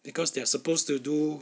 because they're supposed to do